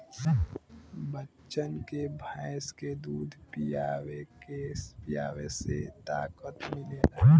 बच्चन के भैंस के दूध पीआवे से ताकत मिलेला